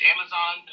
Amazon